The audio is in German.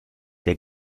der